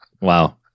wow